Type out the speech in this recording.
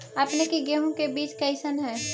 अपने के गेहूं के बीज कैसन है?